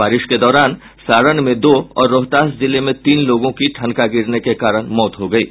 बारिश के दौरान सारण में दो और रोहतास जिले में तीन लोगों की ठनका गिरने के कारण मौत हो गयी